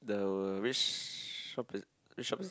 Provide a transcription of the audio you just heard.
the which shop is it which shop is it